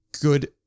good